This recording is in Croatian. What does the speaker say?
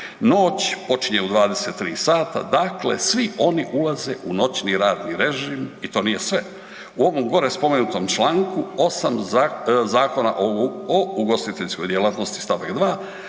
noć počinje u 23 sata, dakle svi oni ulaze u noćni radni režim. I to nije sve u ovom gore spomenutom čl. 8. Zakona o ugostiteljskoj djelatnosti st. 2.,